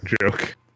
joke